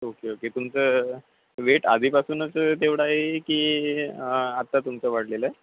okay okay तुमचं weight आधीपासूनच तेवढं आहे की आत्ता तुमचं वाढलेलं आहे